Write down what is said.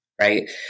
right